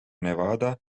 nevada